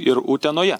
ir utenoje